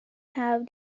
have